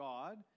God